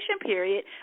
period